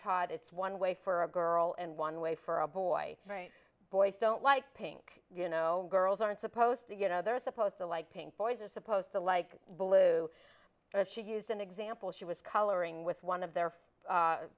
taught it's one way for a girl and one way for a boy right boys don't like pink you know girls aren't supposed to get other supposed to like pink boys are supposed to like blue but she used an example she was coloring with one of their